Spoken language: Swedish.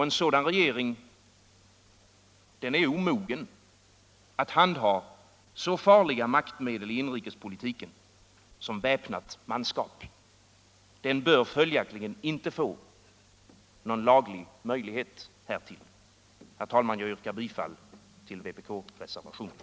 En sådan regering är omogen att handha så farliga maktmedel i inrikespolitiken som väpnat manskap. Den bör följaktligen inte få någon laglig möjlighet härtill. Herr talman! Jag yrkar bifall till vpk-reservationen.